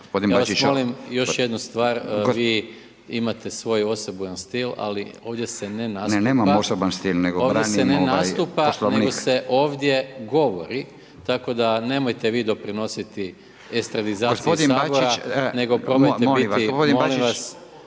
nemam osebujan stil nego branim Poslovnik./… … ovdje se ne nastupa nego se ovdje govori, tako da nemojte vi doprinositi estradizaciji Sabora nego probajte biti molim vas,